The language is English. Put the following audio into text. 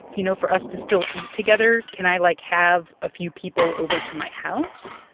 you know, for us to still eat together? can i, like, have a few people over to my house?